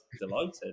delighted